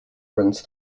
runs